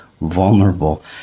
vulnerable